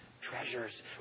treasures